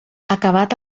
acabat